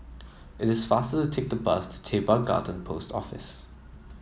it is faster take the bus to Teban Garden Post Office